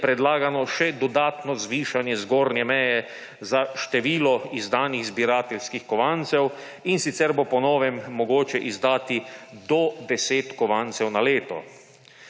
predlagano še dodatno zvišanje zgornje meje za število izdanih zbirateljskih kovancev, in sicer bo po novem mogoče izdati do 10 kovancev na leto.